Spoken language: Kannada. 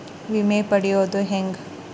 ವಿಮೆ ಪಡಿಯೋದ ಹೆಂಗ್?